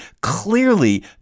clearly